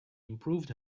improved